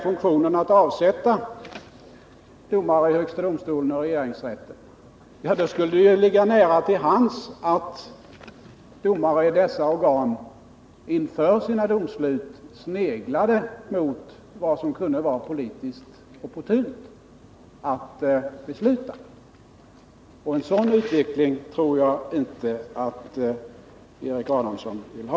funktionen att avsätta domare i högsta domstolen och regeringsrätten, skulle ligga nära till hands att domare i dessa organ inför sina domslut sneglade mot vad som kunde vara politiskt opportunt att besluta. En sådan utveckling tror jag inte att Erik Adamsson vill ha.